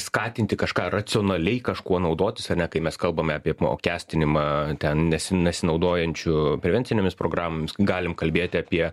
skatinti kažką racionaliai kažkuo naudotis ane kai mes kalbame apie apmokestinimą ten nesin nesinaudojančių prevencinėmis programomis galim kalbėti apie